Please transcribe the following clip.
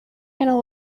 gonna